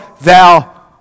thou